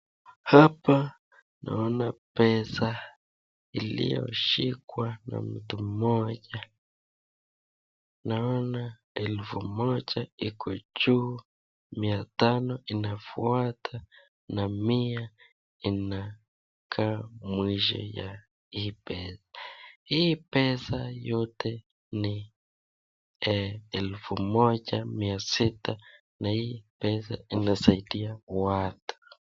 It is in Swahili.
Hapa naona pesa iliyoshikwa na mtu mmoja. Naona elfu moja iko juu mia tano inafuata na mia inakaa mwisho wa hii pesa. Hii pesa yote ni elfu moja mia sita na hii pesa inasaidia watu.